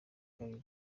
kabiri